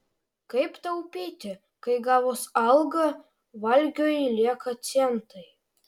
kaip taupyti kai gavus algą valgiui lieka centai